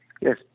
yes